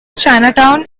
chinatown